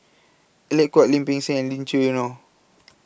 Alec Kuok Lim Peng Siang and Lee Choo Neo